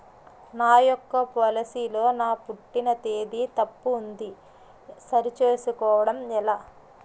నా యెక్క పోలసీ లో నా పుట్టిన తేదీ తప్పు ఉంది సరి చేసుకోవడం ఎలా?